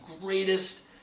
greatest